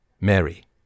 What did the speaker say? Mary